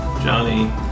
Johnny